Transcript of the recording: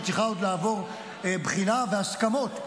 שצריכה עוד לעבור בחינה והסכמות,